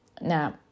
Now